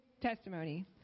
testimony